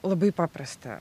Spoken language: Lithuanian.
labai paprasta